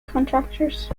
contractors